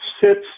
sits